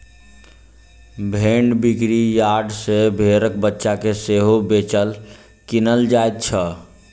भेंड़ बिक्री यार्ड सॅ भेंड़क बच्चा के सेहो बेचल, किनल जाइत छै